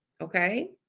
Okay